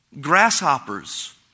Grasshoppers